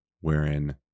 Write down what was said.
wherein